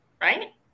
Right